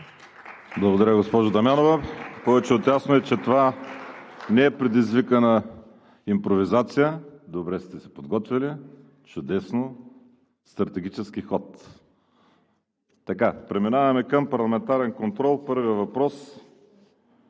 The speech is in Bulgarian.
Благодаря, госпожо Дамянова. Повече от ясно е, че това не е предизвикана импровизация. Добре сте се подготвили, чудесно – стратегически ход. Преминаваме към парламентарен контрол – първият въпрос